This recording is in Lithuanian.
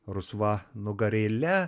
rusva nugarėle